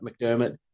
McDermott